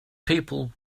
people